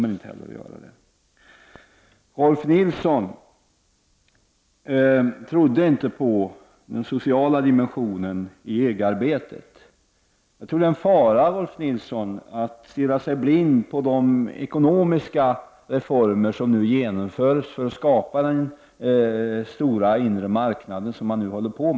Rolf L Nilson trodde inte på den sociala dimensionen i EG-arbetet. Jag tror, Rolf L Nilson, att det är en fara att stirra sig blind på de ekonomiska reformer som nu genomförs i syfte att skapa den stora inre marknaden.